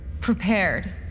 Prepared